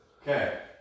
Okay